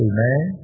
Amen